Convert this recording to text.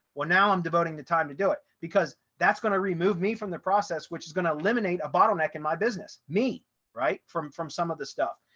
well, now i'm devoting the time to do it, because that's going to remove me from the process which is going to eliminate a bottleneck in my business me right from from some of this stuff.